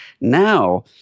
Now